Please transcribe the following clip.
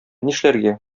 нишләргә